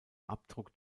abdruck